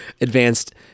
advanced